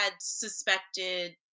suspected